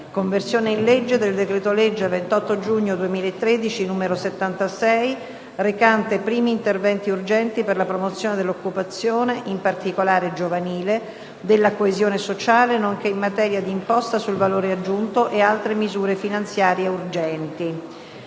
«Conversione in legge del decreto-legge 28 giugno 2013, n. 76, recante primi interventi urgenti per la promozione dell'occupazione, in particolare giovanile, della coesione sociale, nonché in materia di Imposta sul valore aggiunto (IVA) e altre misure finanziarie urgenti»